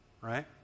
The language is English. Right